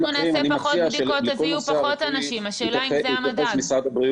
יש משרעת די